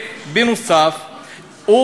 נוסף על כך,